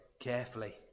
carefully